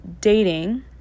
dating